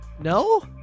No